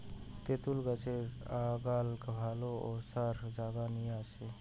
তেতুল গছের আগাল ভালে ওসার জাগা নিয়া আছে